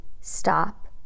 stop